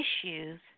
issues